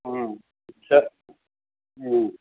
ஆ சேரி ம்